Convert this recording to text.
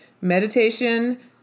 Meditation